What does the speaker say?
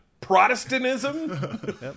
Protestantism